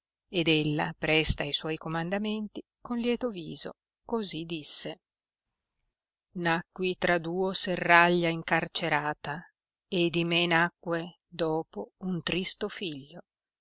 ed ella presta a suoi comandamenti con lieto viso così disse nacqui tra duo serraglia incarcerata e di me nacque dopo un tristo figlio